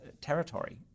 territory